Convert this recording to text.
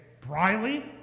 Briley